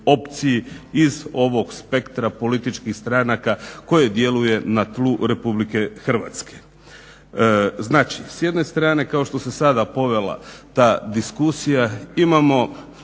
opciji iz ovog spektra političkih stranaka koje djeluje na tlu RH. Znači, s jedne strane kao što se sada povela ta diskusija imamo